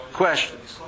questions